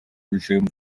resume